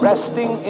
Resting